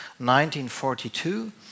1942